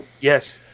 Yes